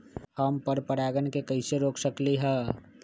हम पर परागण के कैसे रोक सकली ह?